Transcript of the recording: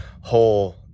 whole